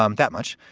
um that much.